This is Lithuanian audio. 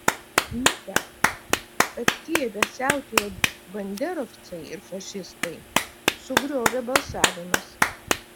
mitą kad kijeve siautėja banderovcai ir fašistai sugriovė balsavimas